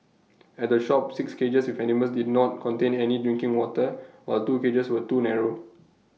at the shop six cages with animals did not contain any drinking water while two cages were too narrow